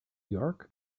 york